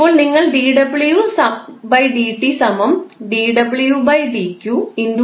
ഇപ്പോൾ നിങ്ങൾ 𝑑𝑤𝑑𝑡 𝑑𝑤𝑑𝑞